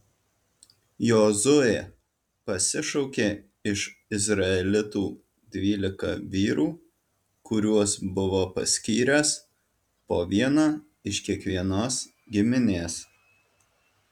jozuė pasišaukė iš izraelitų dvylika vyrų kuriuos buvo paskyręs po vieną iš kiekvienos giminės